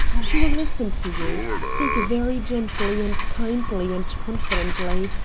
she will listen to you. speak very gently and kindly and confidently.